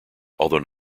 although